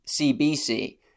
CBC